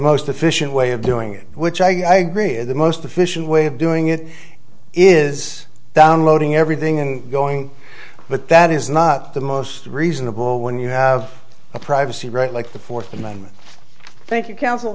most efficient way of doing it which i fear the most efficient way of doing it is downloading everything and going but that is not the most reasonable when you have a privacy right like the fourth amendment thank you coun